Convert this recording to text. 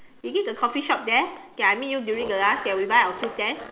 is it the coffee shop there that I meet you during the lunch that we buy our food there